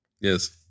Yes